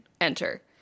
enter